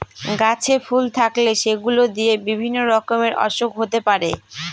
গাছে ফুল থাকলে সেগুলো দিয়ে বিভিন্ন রকমের ওসুখ হতে পারে